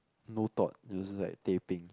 no thought it was just like teh peng